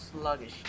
sluggish